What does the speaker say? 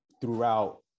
throughout